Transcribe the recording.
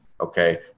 okay